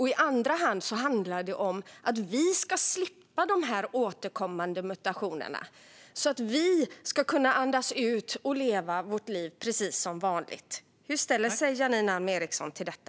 I andra hand handlar det om att vi ska slippa de här återkommande mutationerna så att vi ska kunna andas ut och leva våra liv precis som vanligt. Hur ställer sig Janine Alm Ericson till detta?